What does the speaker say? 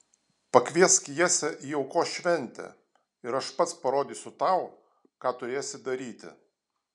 pakviesk jesę į aukos šventę ir aš pats parodysiu tau ką turėsi daryti